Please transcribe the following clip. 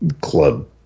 club